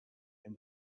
and